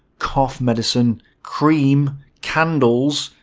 cough medicine. cream. candles.